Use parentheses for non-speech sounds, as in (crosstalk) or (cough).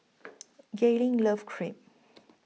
(noise) Gaylene loves Crepe